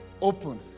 open